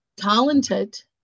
talented